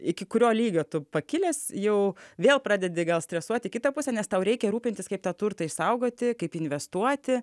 iki kurio lygio tu pakilęs jau vėl pradedi gal stresuoti kitą pusę nes tau reikia rūpintis kaip tą turtą išsaugoti kaip investuoti